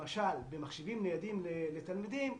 למשל במחשבים ניידים לתלמידים,